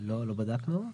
לא בדקנו.